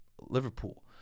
Liverpool